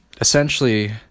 essentially